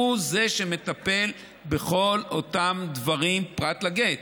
שהוא שמטפל בכל אותם דברים פרט לגט,